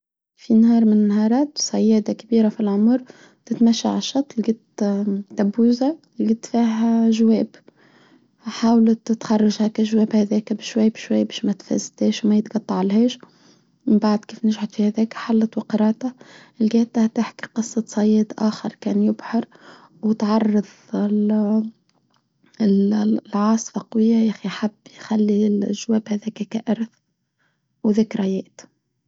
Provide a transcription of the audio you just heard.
في نهار من نهارات صيادة كبيرة في العمر تتمشي على الشط لقيت تبوزة لقيت فيها جواب حاولت تتخرج هكا الجواب هذيكا بشوية بشوية بشوية بشوية ما تفزداش وما يتقطع لهاش من بعد كيف نجحت في هذيكا حلت وقراتها لقيتها تحكي قصة صياد آخر كان يبحر وتعرض العاصفة قوية يخي حب يخلي الجواب هذيكا كأرث وذكريات.